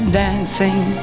dancing